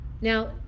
Now